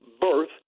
birth